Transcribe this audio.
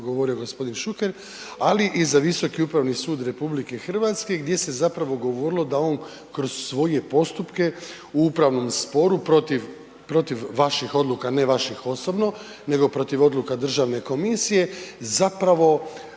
govorio g. Šuker, ali i za Visoki upravni sud RH gdje se zapravo govorilo da on kroz svoje postupke u upravnom sporu protiv, protiv vaših odluka, ne vaših osobno, nego protiv odluka državne komisije, zapravo